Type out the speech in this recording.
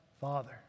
Father